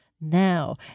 now